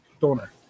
Donor